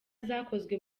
zakozwe